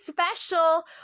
special